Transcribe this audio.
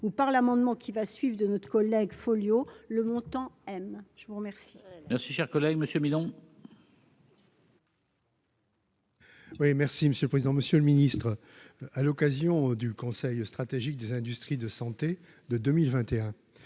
Ou par l'amendement qui va suivre, de notre collègue Folio le montant, M. je vous remercie. Merci si cher collègue Monsieur Mignon. Oui merci monsieur le président, Monsieur le Ministre, à l'occasion du Conseil stratégique des industries de santé de 2021,